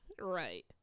Right